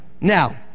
Now